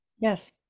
Yes